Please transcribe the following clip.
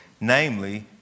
namely